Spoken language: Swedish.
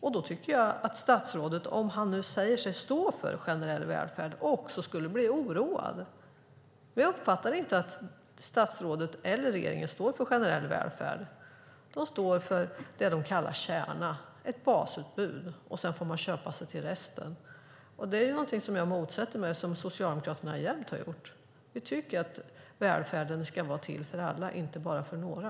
Jag tycker att statsrådet, om han nu säger sig stå för en generell välfärd, också skulle bli oroad. Men jag uppfattar inte att statsrådet eller regeringen står för en generell välfärd. De står för det de kallar en kärna, ett basutbud, och sedan får man köpa sig till resten. Det är någonting som jag motsätter mig, och det har Socialdemokraterna alltid gjort. Vi tycker att välfärden ska vara till för alla och inte bara för några.